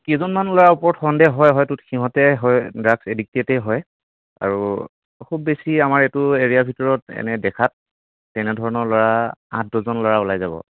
কেইজনমান ল'ৰাৰ ওপৰত সন্দেহ হয় হয়টো সিহঁতে হয় ড্ৰাগছ এডিক্টেটেই হয় আৰু খুব বেছি আমাৰ এইটো আমাৰ এৰিয়াৰ ভিতৰত এনেই দেখাত তেনেধৰণৰ ল'ৰা আঠ দহজন ল'ৰা ওলাই যাব